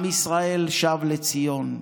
עם ישראל שב לציון,